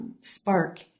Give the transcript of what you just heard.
Spark